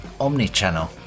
omnichannel